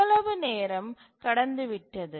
இவ்வளவு நேரம் கடந்துவிட்டது